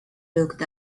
looked